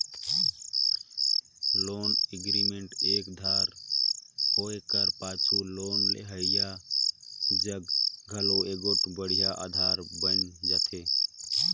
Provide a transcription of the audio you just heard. loan agreement एक धाएर होए कर पाछू लोन लेहोइया जग घलो एगोट बड़िहा अधार बइन जाथे